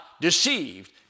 deceived